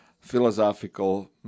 philosophical